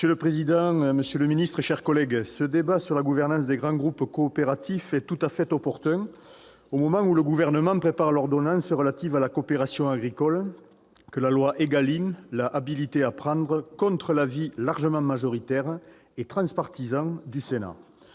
Monsieur le président, monsieur le ministre, mes chers collègues, ce débat sur la gouvernance des grands groupes coopératifs est tout à fait opportun au moment où le Gouvernement prépare l'ordonnance relative à la coopération agricole que la loi ÉGALIM l'a habilité à prendre, contre l'avis largement majoritaire et transpartisan du Sénat.